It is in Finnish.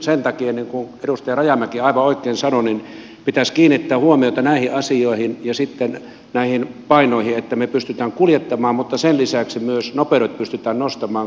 sen takia niin kuin edustaja rajamäki aivan oikein sanoi pitäisi kiinnittää huomiota näihin asioihin ja näihin painoihin että me pystymme kuljettamaan ja sen lisäksi myös nopeudet pystytään nostamaan